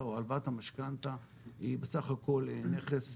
או הלוואת המשכנתא היא בסך הכל נכס,